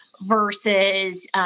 versus